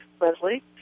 Leslie